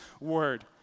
word